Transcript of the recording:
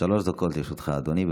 שלוש דקות לרשותך, אדוני.